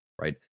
right